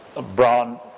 brown